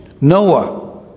Noah